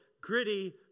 gritty